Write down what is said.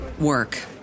work